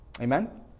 Amen